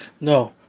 No